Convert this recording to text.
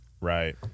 right